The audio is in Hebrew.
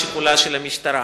לשיקולה של המשטרה.